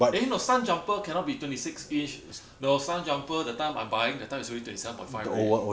eh no stumpjumper cannot be twenty-six inch no stumpjumper that time I buying that time is already twenty-seven point five already